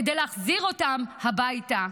כדי להחזיר אותם הביתה.